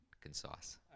concise